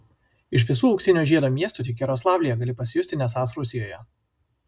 iš visų auksinio žiedo miestų tik jaroslavlyje gali pajusti nesąs rusijoje